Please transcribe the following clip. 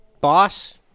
boss